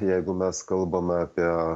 jeigu mes kalbame apie